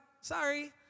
sorry